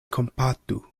kompatu